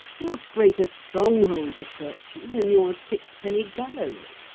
what greater stronghold of virtue than your sixpenny gallery?